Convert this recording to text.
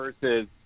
versus